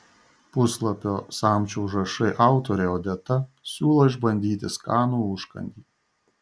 puslapio samčio užrašai autorė odeta siūlo išbandyti skanų užkandį